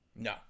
No